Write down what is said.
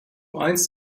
einst